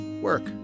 work